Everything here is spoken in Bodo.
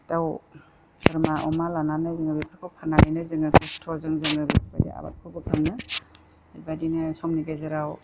दाउ बोरमा अमा लानानै जोङो बेफोरखौ फाननानैनो जोङो खस्थ'जों जोङो बेफोरबायदि आबादखौ बोखाङो बेबायदिनो समनि गेजेराव